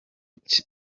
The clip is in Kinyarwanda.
cye